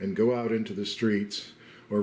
and go out into the streets or